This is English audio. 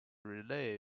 relay